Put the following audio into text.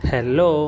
Hello